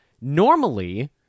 Normally